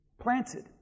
Planted